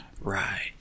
Right